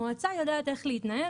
המועצה יודעת איך להתנהל.